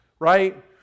right